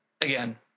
again